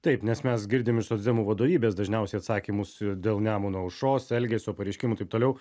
taip nes mes girdim iš socdemų vadovybės dažniausiai atsakymus dėl nemuno aušros elgesio pareiškimų taip toliau